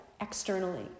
externally